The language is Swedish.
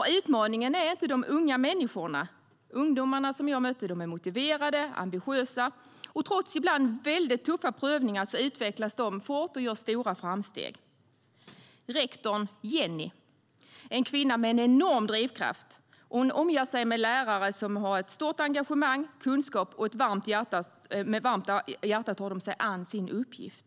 Utmaningen är nämligen inte de unga människorna; de ungdomar jag mötte är motiverade och ambitiösa. Trots ibland väldigt tuffa prövningar utvecklas de fort och gör stora framsteg. Rektorn Jenny, en kvinna med en enorm drivkraft, omger sig med lärare som har ett stort engagemang och mycket kunskap. Med varma hjärtan tar de sig an sin uppgift.